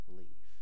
leave